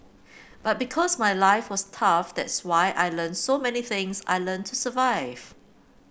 but because my life was tough that's why I learnt so many things I learnt to survive